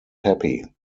happy